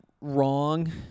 wrong